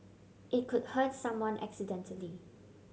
it could hurt someone accidentally